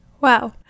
Wow